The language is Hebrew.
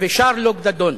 ושרלוק דנון.